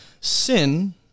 Sin